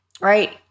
right